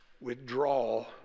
withdrawal